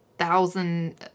thousand